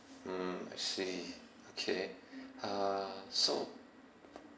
mm I see okay uh so